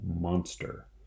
monster